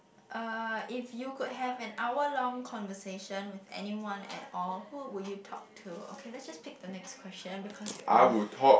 uh if you could have an hour long conversation with anyone at all who would you talk to okay let just pick the next question because you on the